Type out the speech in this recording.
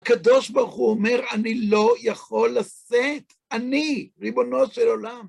הקדוש ברוך הוא אומר, אני לא יכול לשאת, אני ריבונו של עולם.